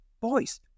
boys